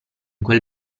quel